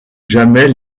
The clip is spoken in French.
jamais